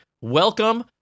welcome